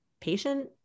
patient